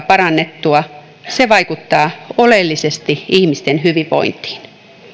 parannettua se vaikuttaa oleellisesti ihmisten hyvinvointiin